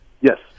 Yes